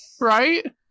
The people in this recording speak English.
right